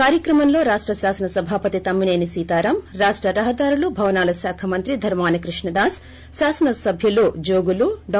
కార్యక్రమంలో రాష్ట శాసన సభాపతి తమ్మినేని సీతారాం రాష్ట రహదారులు భవనాల శాఖా మంత్రి ధర్మాన క్రిష్ణ దాస్ శాసన్ సభ్యులు కంబాల జోగులు డా